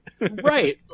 Right